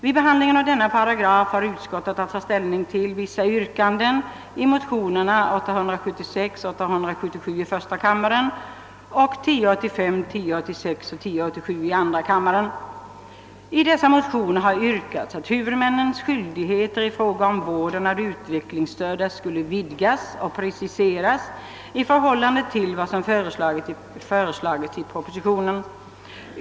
Vid behandlingen av denna paragraf har utskottet haft att ta ställning till vissa yrkanden i motionerna nr 876 och 877 i första kammaren och nr 1085, 1086 och 1087 i andra kammaren. I dessa motioner har yrkats att huvudmännens skyldigheter i fråga om vården av de utvecklingsstörda skulle vidgas och preciseras i förhållande till vad som föreslagits i propositionen.